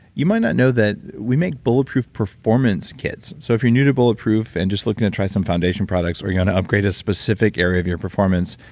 you might not know that we make bulletproof performance kits. so if you're new to bulletproof and just looking to try some foundation products where you want to upgrade a specific area of your performance,